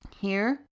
Here